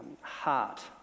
heart